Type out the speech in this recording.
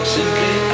Simply